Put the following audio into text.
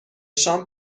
شام